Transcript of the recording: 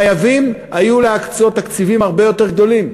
חייבים היו להקצות תקציבים הרבה יותר גדולים.